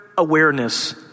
Awareness